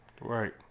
Right